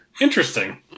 Interesting